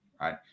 right